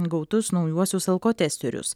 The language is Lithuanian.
gautus naujuosius alkotesterius